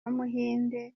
w’umuhinde